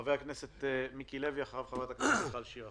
חבר הכנסת מיקי לוי ואחריו חברת הכנסת מיכל שיר.